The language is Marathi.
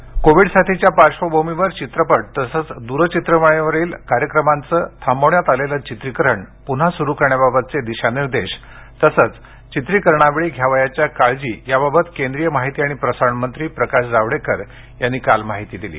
जावडेकर कोविड साथीच्या पाश्र्वभूमीवर चित्रपट तसंच द्रचित्रवाणीवरील कार्यक्रमांचं थांबवण्यात आलेलं चित्रीकरण पुन्हा सुरू करण्याबाबतचे दिशानिर्देश तसंच चित्रीकरणावेळी घ्यावयाच्या काळजी याबाबत केंद्रीय माहिती आणि प्रसारण मंत्री प्रकाश जावडेकर यांनी काल माहिती दिली